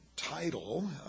title